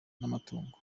n’amatungo